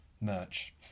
Merch